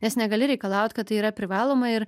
nes negali reikalaut kad tai yra privaloma ir